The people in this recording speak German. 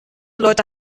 leute